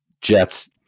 Jets